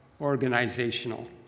organizational